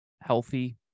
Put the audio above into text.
healthy